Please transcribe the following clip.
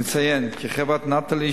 נציין כי חברת "נטלי",